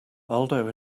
aldo